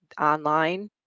online